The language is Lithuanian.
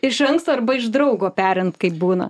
iš anksto arba iš draugo perint kaip būna